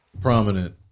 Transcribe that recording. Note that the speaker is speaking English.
prominent